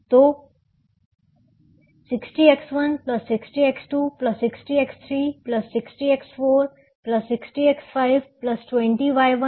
तो 60X160X260X360X460X520Y120Y220Y3